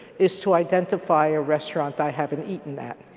is to identify a restaurant i haven't eaten at.